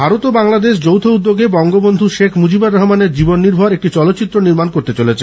ভারত বাংলাদেশ যৌথ উদ্যোগে বঙ্গবন্ধু শেখ মুজিবর রহমানের জীবনী নির্ভর একটি চলচ্চিত্র নির্মিত হতে চলেছে